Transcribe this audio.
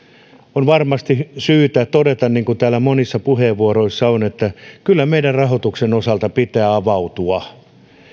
on varmasti syytä todeta niin kuin täällä monissa puheenvuoroissa on todettu että kyllä meidän rahoituksen osalta pitää avautua